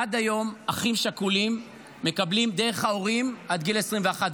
עד היום אחים שכולים מקבלים דרך ההורים עד גיל 21,